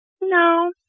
No